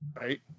Right